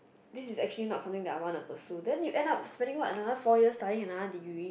this is actually not something that I wanna pursue then you end up spending what another four yars study another degree